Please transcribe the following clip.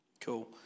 Cool